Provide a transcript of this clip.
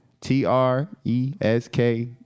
T-R-E-S-K